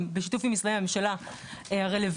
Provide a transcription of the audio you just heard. בשיתוף עם משרדי הממשלה הרלוונטיים,